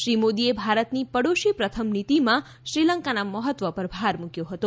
શ્રી મોદીએ ભારતની પડોશી પ્રથમ નિતીમાં શ્રીલંકાના મહત્વ પર ભાર મુક્યો હતો